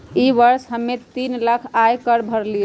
ई वर्ष हम्मे तीन लाख आय कर भरली हई